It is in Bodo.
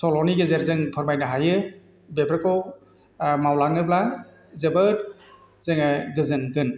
सल'नि गेजेरजों फोरमायनो हायो बेफोरखौ मावलाङोब्ला जोबोद जोङो गोजोनगोन